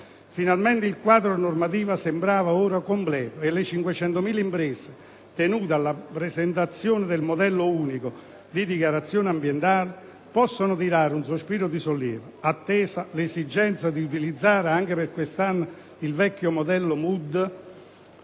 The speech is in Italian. Finalmente il quadro normativo sembra ora completo e le 500.000 imprese tenute alla presentazione del modello unico di dichiarazione ambientale possono tirare un sospiro di sollievo. Attesa l'esigenza di utilizzare anche per quest'anno il vecchio modello MUD